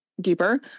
deeper